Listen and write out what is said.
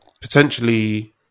potentially